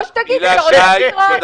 או שתגיד שאתה רוצה בחירות.